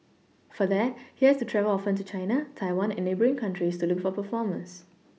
for that he has to travel often to China Taiwan and neighbouring countries to look for performers